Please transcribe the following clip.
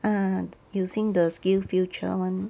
ah using the skills future [one]